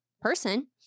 person